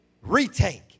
Retake